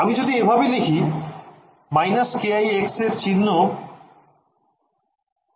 আমি যদি এভাবে লিখি − kix এর চিহ্ন এর কি হবে